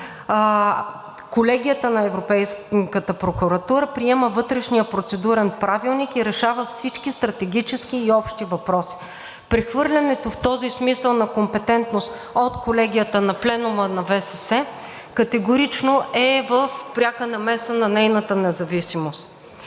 Колегията на Европейската прокуратура приема вътрешния процедурен правилник и решава всички стратегически и общи въпроси. Прехвърлянето в този смисъл на компетентност от Колегията на Пленума на ВСС категорично е в пряка намеса в нейната независимост.